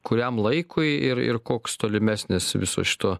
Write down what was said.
kuriam laikui ir ir koks tolimesnis viso šito